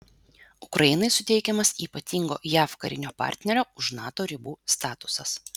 ukrainai suteikiamas ypatingo jav karinio partnerio už nato ribų statusas